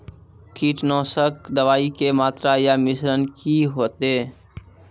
कीटनासक दवाई के मात्रा या मिश्रण की हेते?